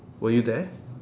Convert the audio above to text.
were you there